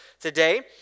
today